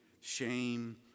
shame